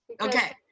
Okay